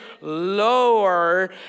lower